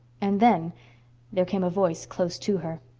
and then there came a voice close to her.